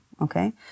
Okay